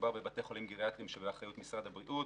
מדובר בבתי חולים גריאטריים שבאחריות משרד הבריאות,